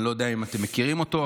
אני לא יודע אם אתם מכירים אותו,